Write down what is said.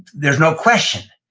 there's no question.